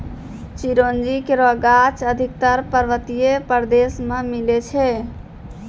चिरौंजी केरो गाछ अधिकतर पर्वतीय प्रदेश म मिलै छै